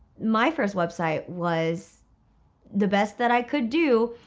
my first website was the best that i could do.